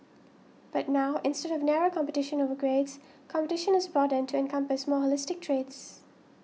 but now instead of narrow competition over grades competition is broadened to encompass more holistic traits